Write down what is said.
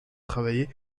travailler